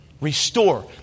Restore